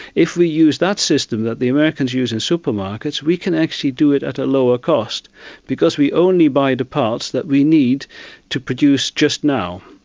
if we use that system that the americans use in supermarkets, we can actually do it at a lower cost because we only buy the parts that we need to produce just now,